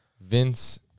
Vince